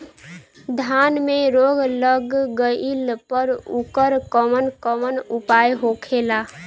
धान में रोग लग गईला पर उकर कवन कवन उपाय होखेला?